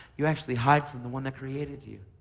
you actually hide from the one that created you.